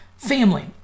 Family